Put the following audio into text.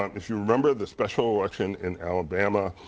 um if you remember the special election in alabama,